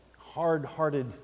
hard-hearted